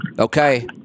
Okay